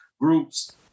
groups